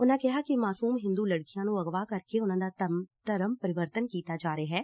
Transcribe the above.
ਉਨਾਂ ਕਿਹਾ ਕਿ ਮਾਸੁਮ ਹਿੰਦੂ ਲੜਕੀਆਂ ਨੰ ਅਗਵਾ ਕਰਕੇ ਉਨਾਂ ਦਾ ਧਰਮ ਪਰਿਵਰਤਨ ਕੀਤਾ ਜਾ ਰਿਹੈ